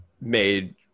made